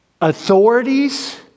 authorities